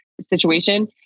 situation